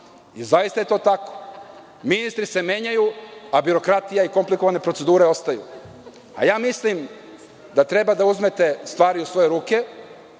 Zaista je to tako, ministri se menjaju, a birokratija i komplikovane procedure ostaju. Mislim da treba da uzmete stvari u svoje ruke